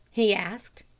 he asked.